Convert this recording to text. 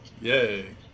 yay